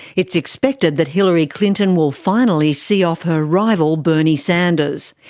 it's expected that hillary clinton will finally see off her rival bernie sanders.